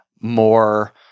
more –